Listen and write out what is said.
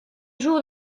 jours